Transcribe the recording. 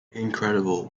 incredible